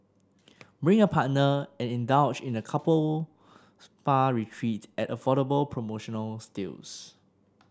bring a partner and indulge in a couple spa retreat at affordable promotional steals